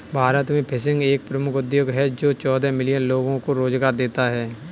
भारत में फिशिंग एक प्रमुख उद्योग है जो चौदह मिलियन लोगों को रोजगार देता है